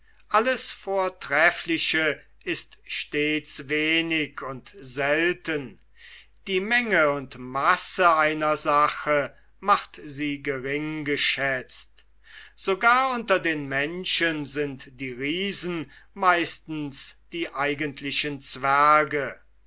alles vortreffliche ist stets wenig und selten die menge und masse einer sache macht sie geringgeschätzt sogar unter den menschen sind die riesen meistens die eigentlichen zwerge